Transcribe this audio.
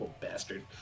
bastard